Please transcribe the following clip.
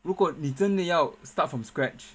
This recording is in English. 如果你真的要 start from scratch